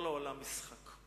כל העולם משחק.